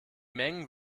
mengen